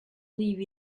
live